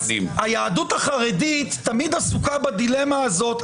היהדות החרדית תמיד עסוקה בדילמה הזאת,